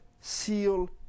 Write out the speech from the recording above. seal